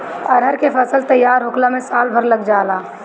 अरहर के फसल तईयार होखला में साल भर लाग जाला